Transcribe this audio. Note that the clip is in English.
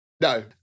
No